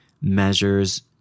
measures